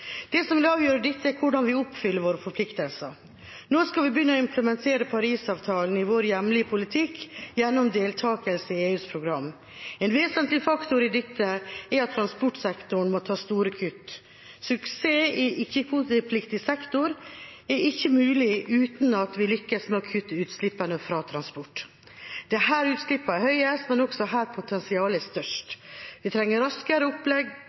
Det som vil avgjøre dette, er hvordan vi oppfyller våre forpliktelser. Nå skal vi begynne å implementere Paris-avtalen i vår hjemlige politikk gjennom deltakelse i EUs program. En vesentlig faktor i dette er at transportsektoren må ta store kutt. Suksess i ikke-kvotepliktig sektor er ikke mulig uten at vi lykkes med å kutte utslippene fra transport. Det er her utslippene er høyest, men også her potensialet er størst. Vi trenger en raskere